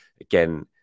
again